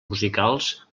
musicals